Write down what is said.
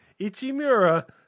Ichimura